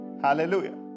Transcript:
Hallelujah